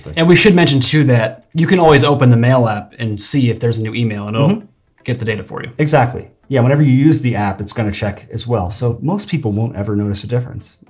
and we should mention too that, you can always open the mail app and see if there's a new email, and it'll get the data for you. exactly. yeah. whenever you use the app, it's going to check as well. so most people won't ever notice a difference.